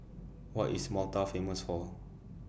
What IS Malta Famous For